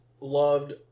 loved